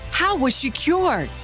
how was she cured?